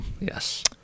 Yes